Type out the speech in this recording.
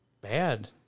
bad